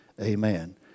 Amen